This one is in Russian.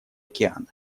океана